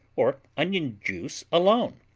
or onion juice alone,